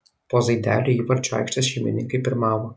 po zaidelio įvarčio aikštės šeimininkai pirmavo